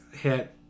hit